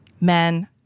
men